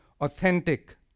authentic